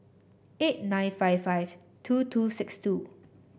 eight nine five five two two six two